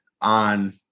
on